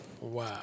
Wow